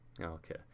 Okay